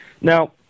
Now